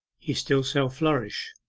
he still shall flourish,